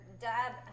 dad